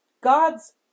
God's